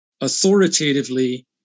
authoritatively